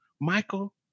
Michael